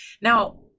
Now